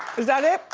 is that it?